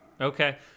Okay